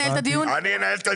אני אנהל את הדיון.